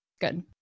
Good